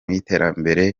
y’iterambere